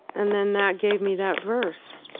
and then that gave me that verse.